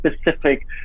specific